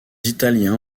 italiens